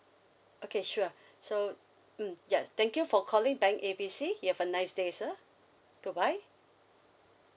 okay sure so mm yes thank you for calling bank A B C you have a nice day sir goodbye